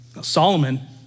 Solomon